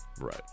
right